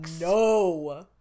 no